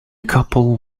couple